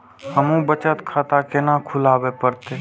हमू बचत खाता केना खुलाबे परतें?